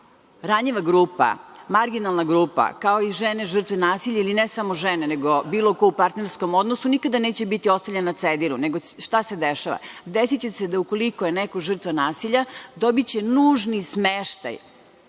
ranjiva grupa, marginalna grupa, kao i žene žrtve nasilja ili ne samo žene nego bilo ko u partnerskom odnosu nikada neće biti ostavljen na cedilu, nego šta se dešava? Desiće se da ukoliko je neko žrtva nasilja dobiće nužni smeštaj.